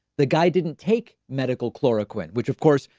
the guy didn't take medical chloroquine, which, of course,